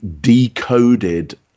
decoded